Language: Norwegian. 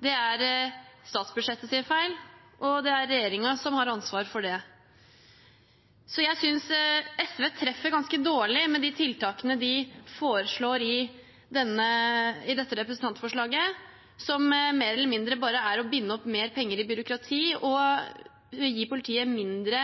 det er statsbudsjettets feil, og det er regjeringen som har ansvar for det. Så jeg synes SV treffer ganske dårlig med de tiltakene de foreslår i dette representantforslaget, som mer eller mindre bare er å binde opp mer penger i byråkrati og gi politiet mindre